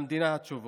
למדינה התשובות.